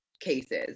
cases